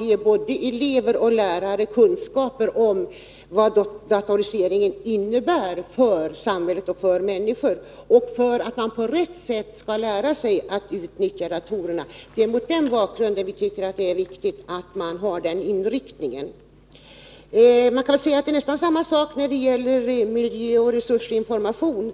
ger både elever och lärare kunskaper om vad datoriseringen innebär för samhället och för människorna, för att på rätt sätt kunna lära sig att utnyttja datorerna. Det är mot den bakgrunden som vi tycker att det är viktigt att ha denna inriktning. Det är nästan samma sak när det gäller miljöoch resursinformation.